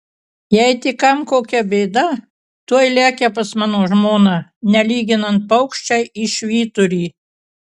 jei tik kam kokia bėda tuoj lekia pas mano žmoną nelyginant paukščiai į švyturį